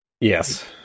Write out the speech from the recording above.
yes